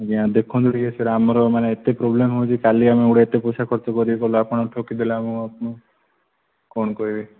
ଆଜ୍ଞା ଦେଖନ୍ତୁ ଟିକେ ସେଇଟା ଆମର ମାନେ ଏତେ ପ୍ରୋବ୍ଲେମ୍ କାଲି ଆମେ ଗୁଡ଼ାଏ ଏତେ ପଇସା ଖର୍ଚ୍ଚ କରିକି ଗଲା ଆପଣ ଠକି ଦେଲେ ଆମକୁ ଆପଣ ଆଉ କଣ କହିବି